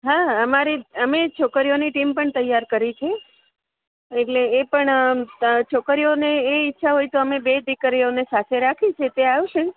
હા અમારી અમે છોકરીઓની ટીમ પણ તૈયાર કરી છે એટલે એ પણ છોકરીઓને એ ઈચ્છા હોય તો અમે બે દીકરીઓને સાથે રાખીશું તે આવશે